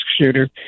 shooter